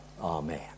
Amen